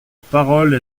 parole